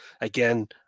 again